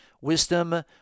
Wisdom